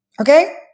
Okay